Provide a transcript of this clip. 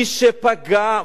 מי שפגע,